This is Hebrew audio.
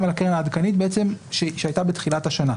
על הקרן העדכנית שהייתה בתחילת השנה,